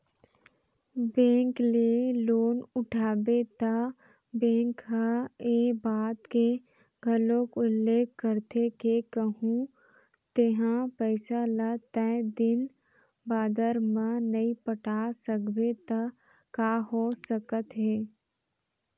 bank ले loan उठाबे त बेंक ह ए बात के घलोक उल्लेख करथे के कहूँ तेंहा पइसा ल तय दिन बादर म नइ पटा सकबे त का हो सकत हे